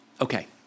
Okay